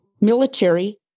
military